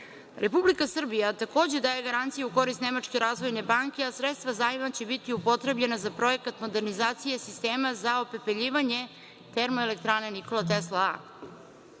Republika Srbija takođe daje garancije u korist Nemačke razvojne banke, a sredstva zajma će biti upotrebljena za projekat modernizacije sistema za opepeljivanje TENT A.Cilj ovog